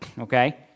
okay